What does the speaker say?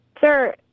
Sir